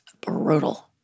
brutal